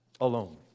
alone